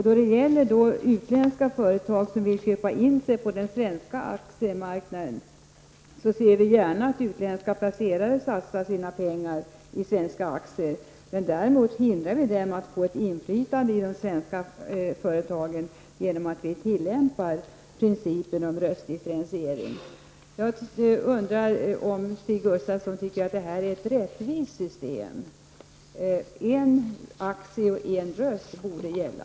Då det gäller utländska företag som vill köpa in sig på den svenska aktiemarknaden ser vi gärna att utländska placerare satsar sina pengar i svenska aktier men däremot hindrar vi dem att få ett inflytande i de svenska företagen genom att tillämpa principen om röstdifferentiering. Jag undrar om Stig Gustafsson tycker att det är ett rättvist system. Principen en aktie -- en röst borde gälla.